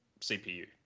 cpu